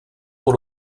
pour